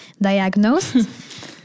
diagnosed